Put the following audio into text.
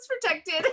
protected